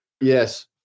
Yes